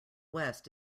west